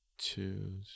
Two